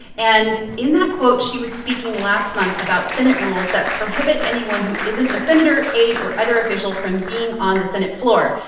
and in that quote, she was speaking last month about senate rules that prohibit anyone who isn't a senator, aide or other official from being on the senate floor.